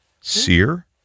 Sear